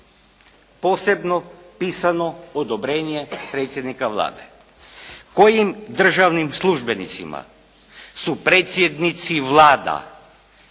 Posebno pisano odobrenje predsjednika Vlade. Kojim državnim službenicima su predsjednici vlada